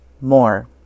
more